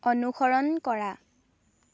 অনুসৰণ কৰা